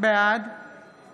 בעד